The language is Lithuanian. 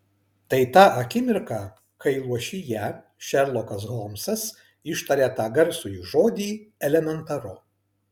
tai ta akimirka kai luošyje šerlokas holmsas ištaria tą garsųjį žodį elementaru